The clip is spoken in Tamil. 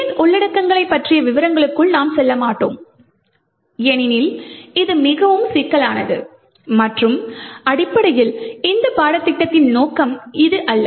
இதன் உள்ளடகங்களைப் பற்றிய விவரங்களுக்கு நாம் செல்லமாட்டோம் ஏனெனில் இது மிகவும் சிக்கலானது மற்றும் அடிப்படையில் இந்த பாடத்திட்டத்தின் நோக்கம் இது இல்லை